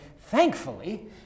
Thankfully